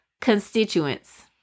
constituents